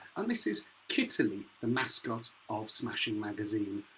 and this this kitaly, the mascot of smashing magazine.